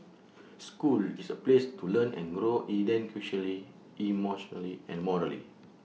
school is A place to learn and grow educationally emotionally and morally